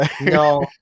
No